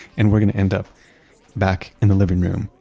and we're going to end up back in the living room,